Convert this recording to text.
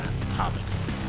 topics